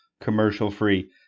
commercial-free